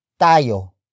Tayo